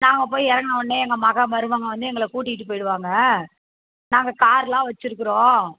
நான் அங்கே போய் இறங்குனோனே எங்கள் மகள் மருமகள் வந்து எங்களை கூட்டிகிட்டு போய்டுவாங்க நாங்கள் காரெலாம் வச்சுருக்குறோம்